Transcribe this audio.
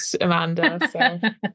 Amanda